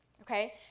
okay